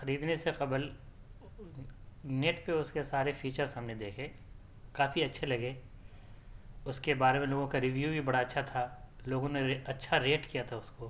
خریدنے سے قبل نیٹ پہ اس کے سارے فیچرس ہم نے دیکھے کافی اچھے لگے اس کے بارے میں لوگوں کا ریویو بھی بڑا اچھا تھا لوگوں نے اچھا ریٹ کیا تھا اس کو